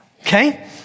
okay